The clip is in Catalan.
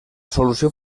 solució